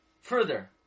Further